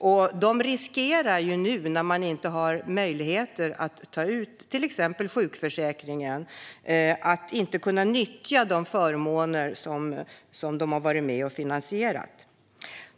Företagen riskerar nu, när de inte har möjlighet att ta ut till exempel sjukförsäkringen, att inte kunna nyttja de förmåner som de har varit med att finansiera.